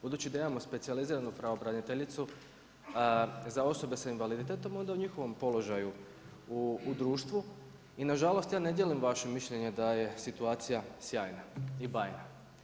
Buduću da imamo specijaliziranu pravobraniteljicu za osobe s invaliditetom, onda o njihovom položaju u društvu i nažalost, ja ne dijelim vaše mišljenje da je situacija sjajna i bajna.